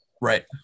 Right